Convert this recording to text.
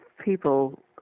people